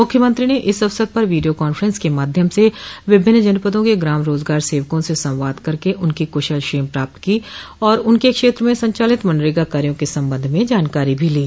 मुख्यमंत्री ने इस अवसर पर वीडियो कांफ्रेंस के माध्यम से विभिन्न जनपदों के ग्राम रोजगार सेवकों से संवाद करके उनकी कुशल क्षेम प्राप्त की और उनके क्षेत्र में संचालित मनरेगा कार्यो के संबंध में जानकारी भी ली